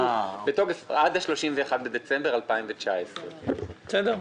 עך ה-31 בדצמבר 2019. בסדר.